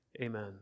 Amen